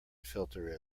filter